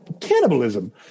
Cannibalism